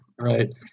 right